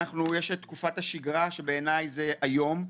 יש את תקופת השגרה שבעיניי זה היום.